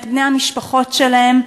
את בני המשפחות שלהם,